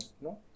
no